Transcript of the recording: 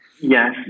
Yes